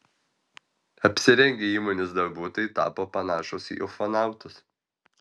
apsirengę įmonės darbuotojai tapo panašūs į ufonautus